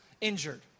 injured